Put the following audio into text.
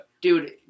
Dude